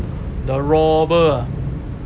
the robber ah